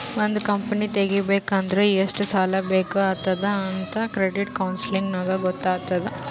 ಒಂದ್ ಕಂಪನಿ ತೆಗಿಬೇಕ್ ಅಂದುರ್ ಎಷ್ಟ್ ಸಾಲಾ ಬೇಕ್ ಆತ್ತುದ್ ಅಂತ್ ಕ್ರೆಡಿಟ್ ಕೌನ್ಸಲಿಂಗ್ ನಾಗ್ ಗೊತ್ತ್ ಆತ್ತುದ್